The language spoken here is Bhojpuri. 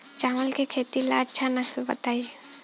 चावल के खेती ला अच्छा नस्ल बताई?